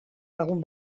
lagun